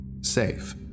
Safe